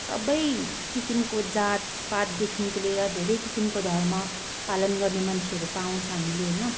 सबै किसिमको जात पातदेखिको लिएर धेरै किसिमको धर्म पालन गर्ने मान्छेहरू पाउँछ हामीले होइन